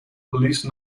police